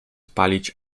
palić